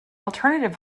alternative